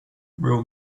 will